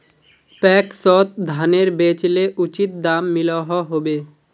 पैक्सोत धानेर बेचले उचित दाम मिलोहो होबे?